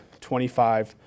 25